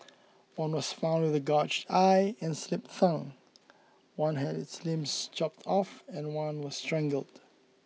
one was found with a gouged eye and slit tongue one had its limbs chopped off and one was strangled